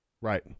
Right